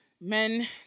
Men